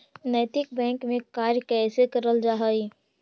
नैतिक बैंक में कार्य कैसे करल जा हई